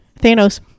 Thanos